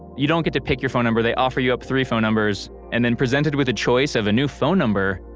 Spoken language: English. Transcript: you don't get to pick your phone number. they offer you up three phone numbers, and then presented with a choice of a new phone number,